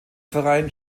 verein